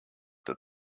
that